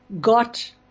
got